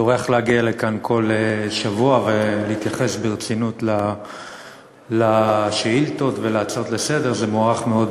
טורח להגיע לכאן כל שבוע ולהתייחס ברצינות לשאילתות ולהצעות לסדר-היום.